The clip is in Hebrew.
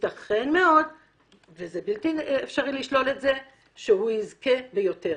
ייתכן מאוד ובלתי-אפשרי לשלול את הסיכוי שהוא יזכה ביותר.